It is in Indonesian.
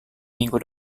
minggu